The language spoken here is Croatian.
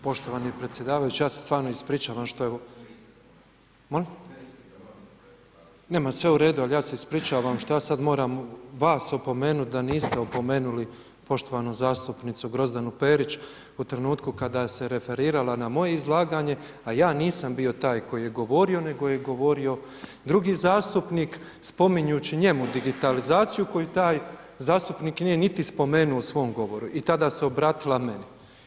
Poštovani predsjedavajući ja se stvarno ispričavam što evo, ma sve u redu, ali ja se ispričavam što ja sada moram vas opomenuti da niste opomenuli poštovanu zastupnicu Grozdanu Perić u trenutku kada se referirala na moje izlaganje, a ja nisam bio taj koji je govorio nego je govorio drugi zastupnik spominjući njemu digitalizaciju koju taj zastupnik nije niti spomenuo u svom govoru i tada se obratila meni.